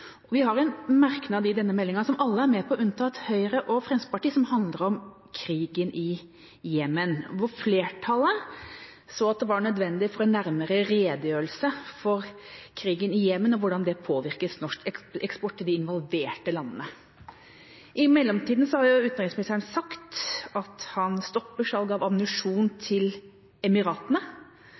Vi har en merknad i innstillinga som alle er med på, unntatt Høyre og Fremskrittspartiet, som handler om krigen i Jemen, hvor flertallet sier at det er nødvendig å få en nærmere redegjørelse for krigen i Jemen og hvordan den påvirker norsk eksport til de involverte landene. I mellomtiden har utenriksministeren sagt at han stopper salg av ammunisjon til Emiratene.